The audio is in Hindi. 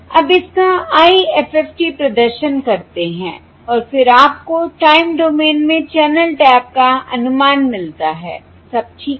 आप इसका IFFT प्रदर्शन करते हैं और फिर आपको टाइम डोमेन में चैनल टैप का अनुमान मिलता है सब ठीक है